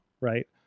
right